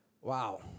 Wow